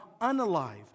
unalive